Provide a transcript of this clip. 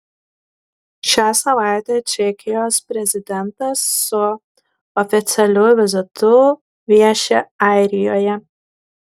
šią savaitę čekijos prezidentas su oficialiu vizitu vieši airijoje